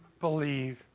believe